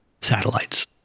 satellites